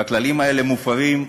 והכללים האלה מופרים.